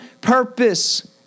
purpose